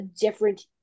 different